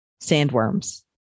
Sandworms